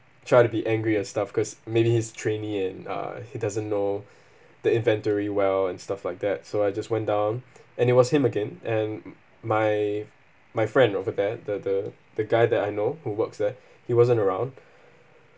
try to be angry and stuff because maybe he's trainee and uh he doesn't know the inventory well and stuff like that so I just went down and it was him again and my my friend over there the the the guy that I know who works there he wasn't around